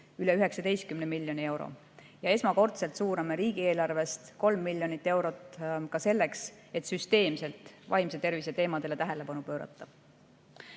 üle 19 miljoni euro. Ja esmakordselt suuname riigieelarvest 3 miljonit eurot ka selleks, et süsteemselt vaimse tervise teemadele tähelepanu pöörata.